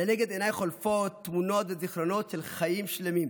לנגד עיניי חולפות תמונות וזיכרונות של חיים שלמים,